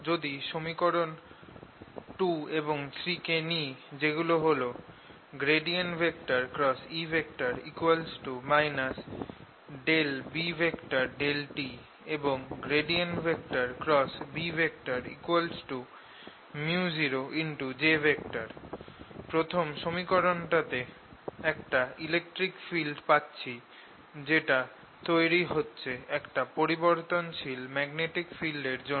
যদি সমীকরণ 2 এবং 3 কে নি যেগুলো হল E B∂t এবং Bµoj প্রথম সমীকরণ টাতে একটা ইলেকট্রিক ফিল্ড পাচ্ছি যেটা তৈরি হচ্ছে একটি পরিবর্তনশীল ম্যাগনেটিক ফিল্ড এর জন্য